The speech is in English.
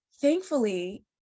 Thankfully